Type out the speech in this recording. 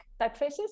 typefaces